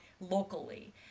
locally